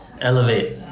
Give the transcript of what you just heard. elevate